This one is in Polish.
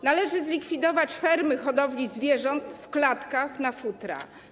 Należy zlikwidować fermy hodowli zwierząt w klatkach na futra.